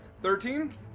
Thirteen